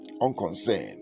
unconcerned